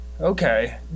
Okay